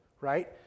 right